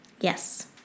Yes